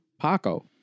Paco